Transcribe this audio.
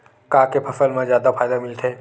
का के फसल मा जादा फ़ायदा मिलथे?